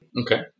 Okay